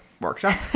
workshop